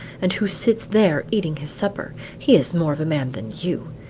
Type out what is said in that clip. and who sits there eating his supper he is more of a man than you.